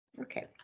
Okay